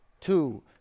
two